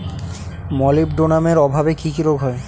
মলিবডোনামের অভাবে কি কি রোগ হয়?